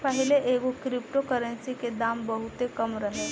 पाहिले एगो cryptocurrency के दाम बहुते कम रहे